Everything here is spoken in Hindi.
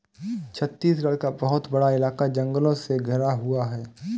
छत्तीसगढ़ का बहुत बड़ा इलाका जंगलों से घिरा हुआ है